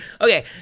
Okay